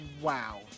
Wow